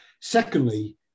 Secondly